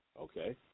Okay